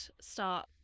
start